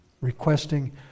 requesting